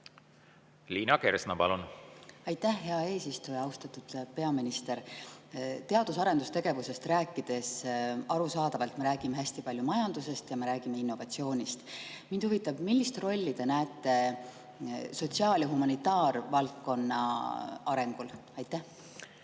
Liina Kersna, palun! Aitäh, hea eesistuja! Austatud peaminister! Teadus‑ ja arendustegevusest rääkides arusaadavalt me räägime hästi palju majandusest ja me räägime innovatsioonist. Mind huvitab, millist rolli te näete sotsiaal‑ ja humanitaarvaldkonna arengul. Aitäh,